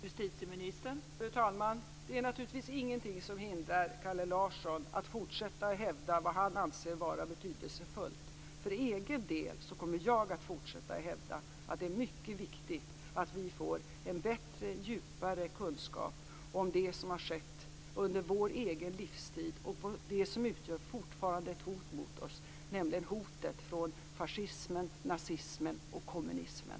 Fru talman! Det är naturligtvis ingenting som hindrar Kalle Larsson att fortsätta att hävda vad han anser vara betydelsefullt. För egen del kommer jag att fortsätta hävda att det är mycket viktigt att vi får en bättre, djupare kunskap om det som har skett under vår egen livstid och om det som fortfarande utgör ett hot mot oss, nämligen hotet från fascismen, nazismen och kommunismen.